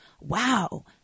wow